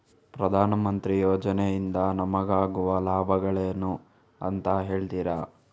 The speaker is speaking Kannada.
ಪ್ರಧಾನಮಂತ್ರಿ ಯೋಜನೆ ಇಂದ ನಮಗಾಗುವ ಲಾಭಗಳೇನು ಅಂತ ಹೇಳ್ತೀರಾ?